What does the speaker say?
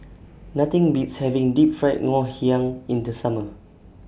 Nothing Beats having Deep Fried Ngoh Hiang in The Summer